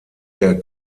der